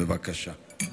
בבקשה.